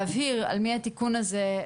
להבהיר על מי התיקון הזה,